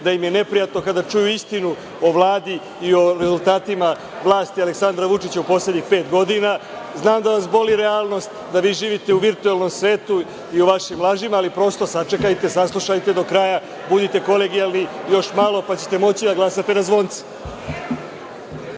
da im je neprijatno kada čuju istinu o Vladi i o rezultatima vlasti Aleksandra Vučića u poslednjih pet godina, znam da vas boli realnost, da vi živite u virtuelnom svetu i u vašim lažima, ali, prosto, sačekajte, saslušajte do kraja, budite kolegijalni. Još malo pa ćete moći da glasate na zvonce.